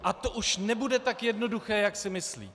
A to už nebude tak jednoduché, jak si myslí.